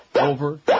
over